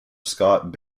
scott